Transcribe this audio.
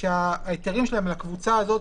ההיתרים לקבוצה הזאת,